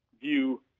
view